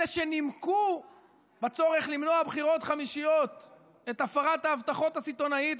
אלה שנימקו בצורך למנוע בחירות חמישיות את הפרת ההבטחות הסיטונאית,